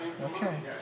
Okay